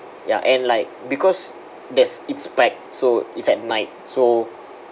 ya and like because there's it's packed so it's at night so